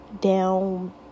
down